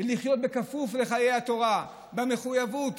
ולחיות בכפוף לחיי התורה, במחויבות